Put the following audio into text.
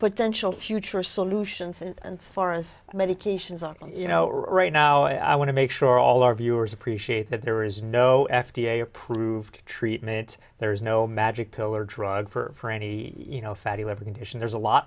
potential future solutions and forres medications are you know right now i want to make sure all our viewers appreciate that there is no f d a approved treatment there is no magic pill or drug for any you know fatty liver condition there's a lot